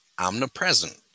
omnipresent